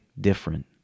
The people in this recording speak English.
different